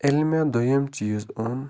ییٚلہِ مےٚ دۄیِم چیٖز اوٚن